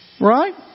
Right